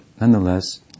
nonetheless